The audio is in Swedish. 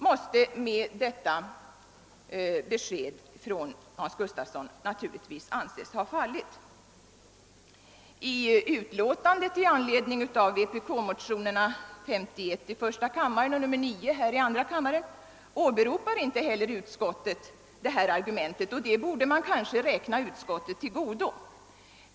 I och med Hans Gustafssons besked måste naturligtvis detta argument anses ha fallit. I utlåtandet med anledning av vpk-motionerna I:51 och II:9 åberopar inte heller utskottet detta argument, och det borde man kanske räkna det till godo.